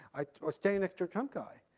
i was standing next to a trump guy.